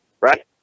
right